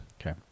Okay